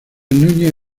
núñez